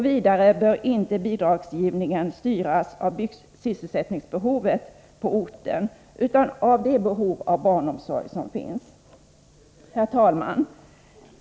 Vidare bör inte bidragsgivningen styras av byggsysselsättningsbehovet på orten utan av det behov av barnomsorg som finns. Herr talman!